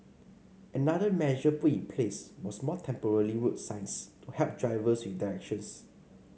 another measure put in place was more temporary road signs to help drivers with directions